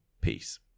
Peace